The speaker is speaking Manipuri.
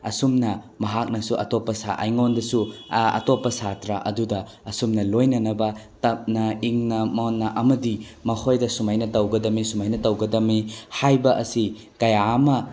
ꯑꯁꯨꯝꯅ ꯃꯍꯥꯛꯅꯁꯨ ꯑꯇꯣꯞꯄ ꯁꯥ ꯑꯩꯉꯣꯟꯗꯁꯨ ꯑꯇꯣꯞꯄ ꯁꯥꯇ꯭ꯔ ꯑꯗꯨꯗ ꯑꯁꯨꯝꯅ ꯂꯣꯏꯅꯅꯕ ꯇꯞꯅ ꯏꯪꯅ ꯃꯣꯟꯅ ꯑꯃꯗꯤ ꯃꯈꯣꯏꯗ ꯁꯨꯃꯥꯏꯅ ꯇꯧꯒꯗꯝꯅꯤ ꯁꯨꯃꯥꯏꯅ ꯇꯧꯒꯗꯝꯅꯤ ꯍꯥꯏꯕ ꯑꯁꯤ ꯀꯌꯥ ꯑꯃ